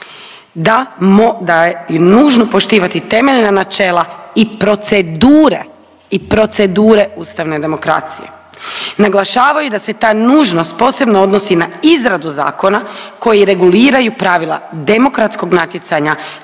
da je nužno poštivati temeljna načela i procedure i procedure ustavne demokracije. Naglašavaju da se ta nužnost posebno odnosi na izradu zakona koji reguliraju pravila demokratskog natjecanja